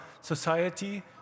Society